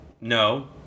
No